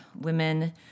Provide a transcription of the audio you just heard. women